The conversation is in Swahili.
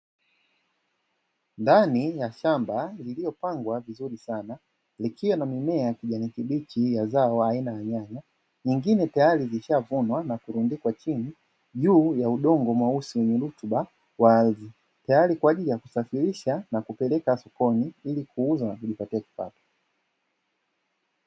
Ndani ya shamba liliopangwa vizuri sana likiwa na mimea ya kijani kibichi ya zao aina ya nyanya, mengine tayari yalishavunwa na kurundikwa chini, juu ya udongo mweusi wenye rutuba wa ardhi tayari kwa ajili ya kusafirisha na kupeleka sokoni ili kuuza na kujipatia kipato.